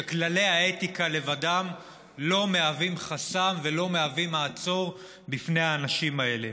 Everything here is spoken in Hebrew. שכללי האתיקה לבדם לא מהווים חסם ולא מהווים מעצור בפני האנשים האלה.